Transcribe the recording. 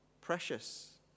precious